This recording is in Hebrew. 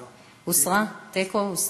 תיקו, הוסרה,